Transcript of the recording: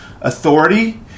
Authority